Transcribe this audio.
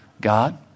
God